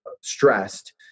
stressed